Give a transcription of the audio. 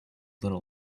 little